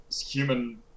human